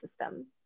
system